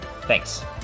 Thanks